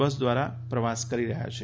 બસ દ્વારા પ્રવાસ કરી રહ્યાં છે